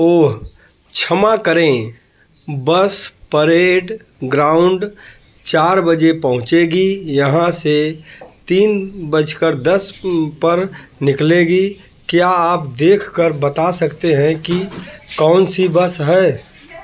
ओह क्षमा करें bus parade ground चार बजे पहुंचेगी यहाँ से तीन बज कर दस पर निकलेगी क्या आप देख कर बता सकते हैं कि कौन सी बस है